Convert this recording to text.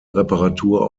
reparatur